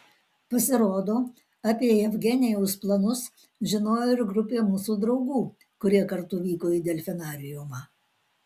pasirodo apie jevgenijaus planus žinojo ir grupė mūsų draugų kurie kartu vyko į delfinariumą